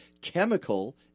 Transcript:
chemical